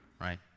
right